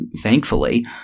thankfully